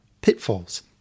pitfalls